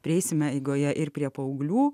prieisime eigoje ir prie paauglių